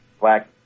black